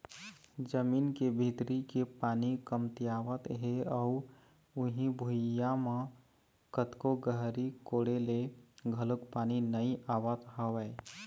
जमीन के भीतरी के पानी कमतियावत हे अउ उही भुइयां म कतको गहरी कोड़े ले घलोक पानी नइ आवत हवय